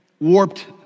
warped